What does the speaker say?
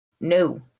No